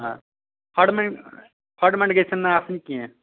آ کھۄڈٕ مٔنٛڈۍ کھۄڈٕ مٔنٛڈۍ گژھَن نہٕ آسٕنۍ کیٚنٛہہ